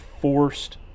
forced